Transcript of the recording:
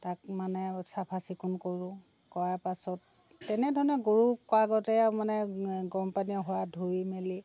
তাক মানে চফা চিকুণ কৰোঁ কৰা পাছত তেনেধৰণে গৰু কৰা গতে মানে গৰম পানীয়ে হোৱা ধুই মেলি